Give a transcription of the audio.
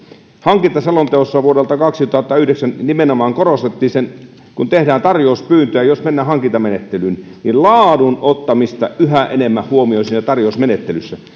hankintaselonteossa vuodelta kaksituhattayhdeksän nimenomaan korostettiin kun tehdään tarjouspyyntöä jos mennään hankintamenettelyyn laadun ottamista yhä enemmän huomioon siinä tarjousmenettelyssä